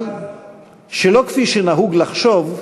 אבל שלא כפי שנהוג לחשוב,